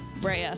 Brea